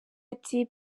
ati